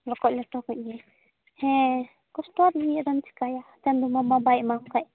ᱨᱚᱠᱚᱡ ᱞᱮᱴᱚ ᱠᱩᱜᱮ ᱦᱮᱸ ᱠᱚᱥᱴᱚ ᱨᱮᱫᱚ ᱪᱮᱠᱟᱭᱟ ᱪᱟᱸᱫᱳ ᱢᱟᱢᱟ ᱵᱟᱭ ᱮᱢᱟᱢ ᱠᱷᱟᱡᱽ